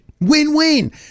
Win-win